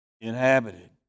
inhabited